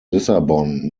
lissabon